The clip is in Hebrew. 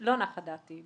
ולא נחה דעתי.